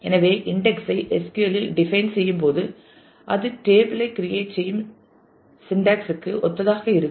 எனவே இன்டெக்ஸ் ஐ SQLஇல் டிபைன் செய்யும்போது அது டேபிள் ஐ கிரியேட் செய்யும் சின்டாக்ஸ் க்கு ஒத்ததாக இருக்கும்